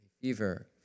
fever